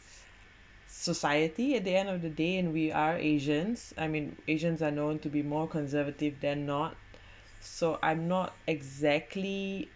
society at the end of the day and we are asians I mean asians are known to be more conservative than not so I'm not exactly